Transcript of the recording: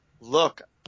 look